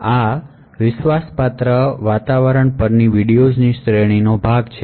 આ trusted execution environment પરની વિડિઓઝની શ્રેણીનો ભાગ છે